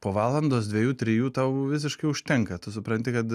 po valandos dviejų trijų tau visiškai užtenka tu supranti kad